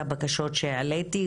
את הבקשות שהעליתי,